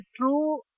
true